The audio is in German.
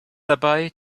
dabei